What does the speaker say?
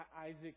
Isaac